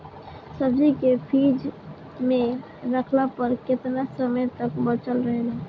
सब्जी के फिज में रखला पर केतना समय तक बचल रहेला?